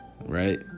right